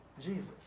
Jesus